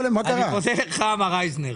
אני מודה לך, מר אייזנר.